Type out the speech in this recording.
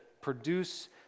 produce